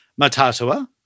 Matatua